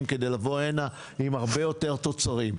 כדי לבוא הנה עם הרבה יותר תוצרים.